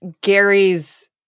Gary's